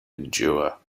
endure